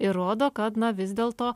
ir rodo kad na vis dėl to